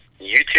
YouTube